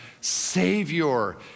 Savior